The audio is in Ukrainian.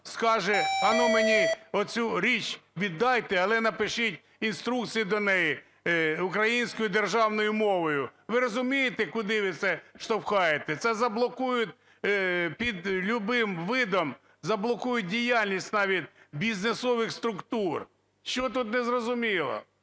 скаже: "Ану, мені оцю річ віддайте, але напишіть інструкцію до неї українською державною мовою". Ви розумієте, куди ви це штовхаєте? Це заблокують, під любим видом заблокують діяльність навіть бізнесових структур. Що тут незрозуміло?